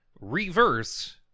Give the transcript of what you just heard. Reverse